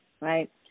right